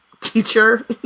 teacher